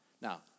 Now